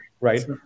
right